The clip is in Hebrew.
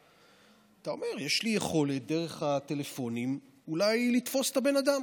אתה אומר: יש לי יכולת דרך הטלפונים אולי לתפוס את הבן אדם.